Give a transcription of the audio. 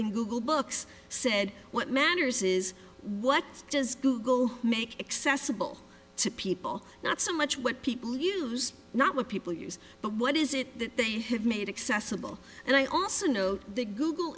in google books said what matters is what does google make accessible to people not so much what people use not what people use but what is it that they have made accessible and i also know the google